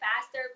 Faster